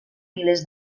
milers